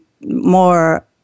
more